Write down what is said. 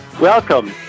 Welcome